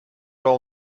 all